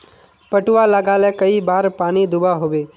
पटवा लगाले कई बार पानी दुबा होबे?